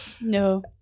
no